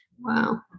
wow